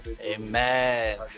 amen